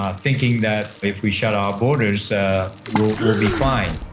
ah thinking that if we shut our borders, ah, we'll, we'll be fine.